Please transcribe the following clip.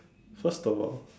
first of all